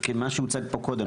כמו שהוצג פה קודם,